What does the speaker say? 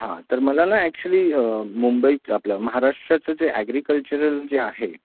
हां तर मला ना ॲक्च्युली मुंबईच आपलं महाराष्ट्राचं जे ॲग्रिकल्चरल जे आहे